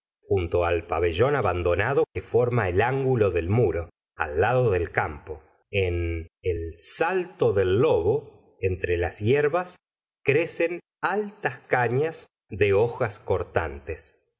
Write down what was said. junto al pabellón abandonado que forma el ángulo del muro al lado del campo en el salto del lobo entre las hierbas crecen altas cañas de hojas cortantes